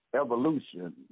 evolution